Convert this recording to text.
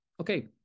Okay